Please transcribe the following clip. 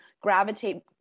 gravitate